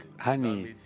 honey